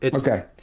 Okay